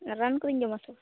ᱨᱟᱱ ᱠᱚᱫᱚᱧ ᱡᱚᱢ ᱟᱥᱮ ᱵᱟᱝ